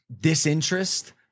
disinterest